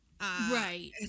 Right